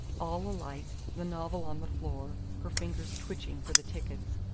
all alight, the novel on the floor, her fingers twitching for the tickets.